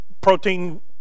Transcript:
protein